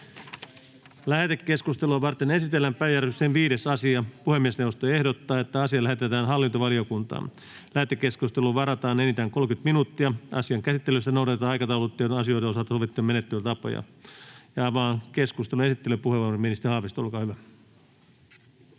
Lähetekeskustelua varten esitellään päiväjärjestyksen 6. asia. Puhemiesneuvosto ehdottaa, että asia lähetetään ulkoasiainvaliokuntaan. Lähetekeskusteluun varataan enintään 30 minuuttia. Asian käsittelyssä noudatetaan aikataulutettujen asioiden osalta sovittuja menettelytapoja. — Esittelypuheenvuoro, ministeri Haavisto. Avaan